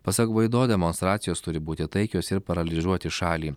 pasak gvaido demontracijos turi būti taikios ir paralyžiuoti šalį